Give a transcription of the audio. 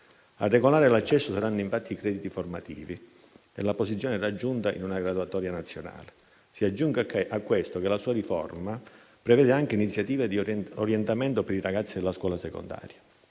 A regolare l'accesso saranno infatti i crediti formativi e la posizione raggiunta in una graduatoria nazionale. Si aggiunga a questo che la sua riforma prevede anche iniziative di orientamento per i ragazzi della scuola secondaria